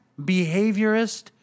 behaviorist